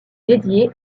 dédiée